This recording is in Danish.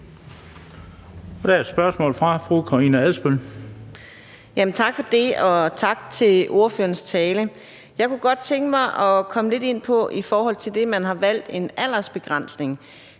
Tak for det, og tak for ordførerens tale. Jeg kunne godt tænke mig at komme lidt ind på det med, at man har valgt en aldersbegrænsning,